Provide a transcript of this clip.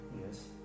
Yes